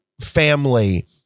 family